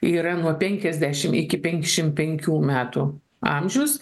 yra nuo penkiasdešim iki penkiašim penkių metų amžius